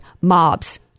mobs